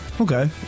Okay